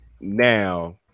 now